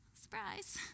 surprise